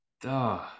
Duh